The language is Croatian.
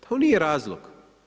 To nije razlog.